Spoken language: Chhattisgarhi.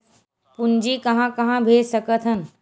पूंजी कहां कहा भेज सकथन?